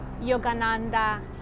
Yogananda